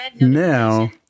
now